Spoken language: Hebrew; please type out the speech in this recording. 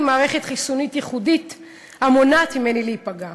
מערכת חיסונית ייחודית המונעת ממני להיפגע.